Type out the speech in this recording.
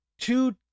two